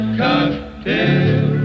cocktail